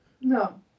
No